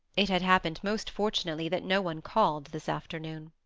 it had happened most fortunately that no one called this afternoon.